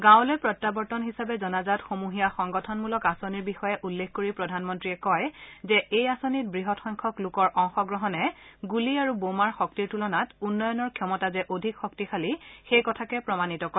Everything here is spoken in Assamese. গাঁৱলৈ প্ৰত্যাৱৰ্তন হিচাপে জনাজাত সমূহীয়া সংগঠনমূলক আঁচনিৰ বিষয়ে উল্লেখ কৰি প্ৰধানমন্ত্ৰীয়ে কয় যে এই আঁচনিত বৃহৎ সংখ্যক লোকৰ অংশগ্ৰহণে গুলী আৰু বোমাৰ শক্তিৰ তুলনাত উন্নয়নৰ ক্ষমতা যে অধিক শক্তিশালী সেই কথাকে প্ৰমাণিত কৰে